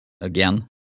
again